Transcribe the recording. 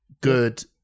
good